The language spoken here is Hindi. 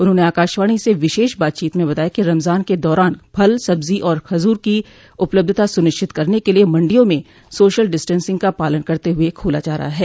उन्होंने आकाशवाणी से विशेष बातचीत में बताया कि रमजान के दौरान फल सब्जी और खजूर की उपलब्धता सुनिश्चित करने के लिये मंडियों में सोशल डिस्टेंसिंग का पालन करते हुए खोला जा रहा है